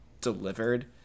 delivered